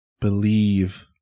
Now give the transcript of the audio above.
believe